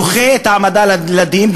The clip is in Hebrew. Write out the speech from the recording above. דוחה את ההעמדה לדין,